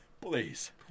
Please